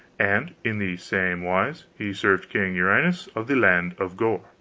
and in the same wise he served king uriens of the land of gore.